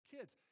Kids